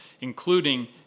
including